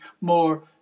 more